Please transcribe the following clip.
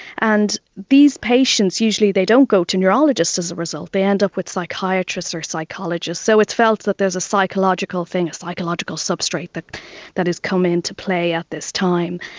and these patients, usually they don't go to neurologists as a result and up with psychiatrists or psychologists, so it's felt that there is a psychological thing, a psychological substrate that that is coming into play at this time.